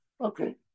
okay